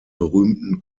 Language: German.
berühmten